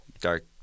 dark